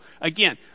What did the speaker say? again